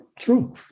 true